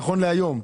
נכון להיום.